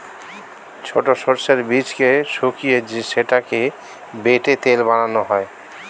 ছোট সর্ষের বীজকে শুকিয়ে সেটাকে বেটে তেল বানানো হয়